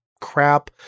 crap